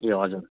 ए हजुर